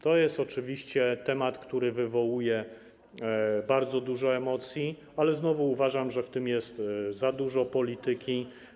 To jest oczywiście temat, który wywołuje bardzo dużo emocji, ale znowu uważam, że w tym jest za dużo polityki.